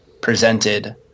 presented